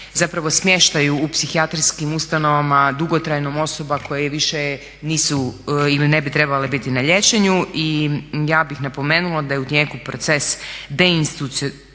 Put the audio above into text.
se o smještaju u psihijatrijskim ustanovama dugotrajnom osoba koje više nisu ili ne bi trebale biti na liječenju i ja bih napomenula da je u tijeku proces deinstitucionalizacija